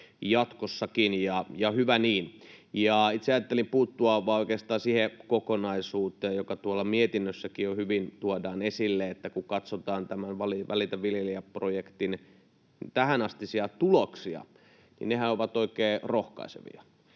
jatkossakin, ja hyvä niin. Itse ajattelin puuttua oikeastaan vain siihen kokonaisuuteen, joka tuolla mietinnössäkin jo hyvin tuodaan esille, että kun katsotaan tämän Välitä viljelijästä ‑projektin tähänastisia tuloksia, niin nehän ovat oikein rohkaisevia.